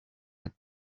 had